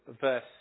verse